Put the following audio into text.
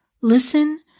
listen